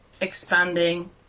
expanding